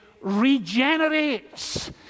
regenerates